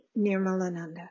Nirmalananda